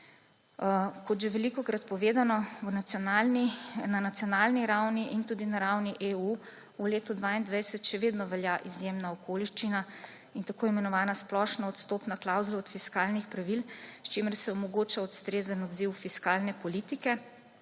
Kot že velikokrat povedano, na nacionalni ravni in tudi na ravni EU v letu 2022 še vedno velja izjemna okoliščina in tako imenovana splošna odstopna klavzula od fiskalnih pravil, s čimer se omogoča ustrezen odziv fiskalne politike,